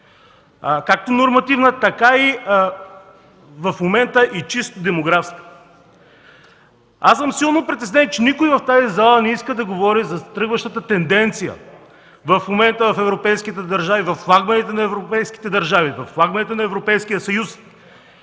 както нормативна, така в момента и чисто демографска. Аз съм силно притеснен, че никой в тази зала не иска да говори за тръгващата тенденция в момента в европейските държави, във флагманите на европейските държави, във флагманите на Европейския съюз